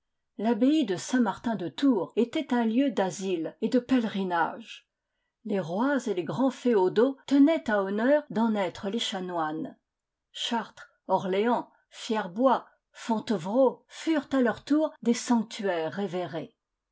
l'abbaye de saint martin de tours était un lieu d'asile et de pèlerinage les rois et les grands féodaux tenaient à honneur d'en être les chanoines chartres orléans fierbois fontevrault furent à leur tour des sanctuaires révérés